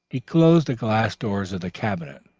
he closed the glass doors of the cabinet,